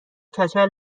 کچل